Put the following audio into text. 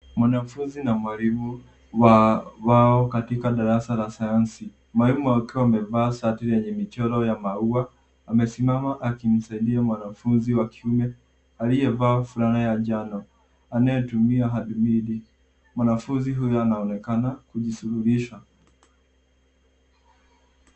Mwanafunzi na mwalimu wao katika darasa la sayansi, mwalimu akiwa amevaa shati yenye michoro ya maua amesimama akimsaidia mwanafunzi wa kiume aliyevaa fulana ya njano anayetumia hadmidi. Mwanafuzni huyu anaonekana kujishugulisha.